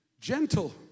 gentle